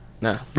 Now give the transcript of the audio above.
No